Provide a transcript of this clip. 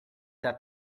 that